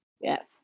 Yes